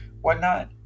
whatnot